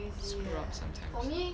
screw up sometimes